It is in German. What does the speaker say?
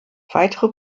weitere